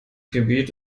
gebiet